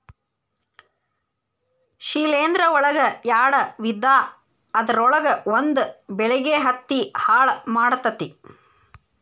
ಶಿಲೇಂಧ್ರ ಒಳಗ ಯಾಡ ವಿಧಾ ಅದರೊಳಗ ಒಂದ ಬೆಳಿಗೆ ಹತ್ತಿ ಹಾಳ ಮಾಡತತಿ